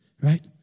right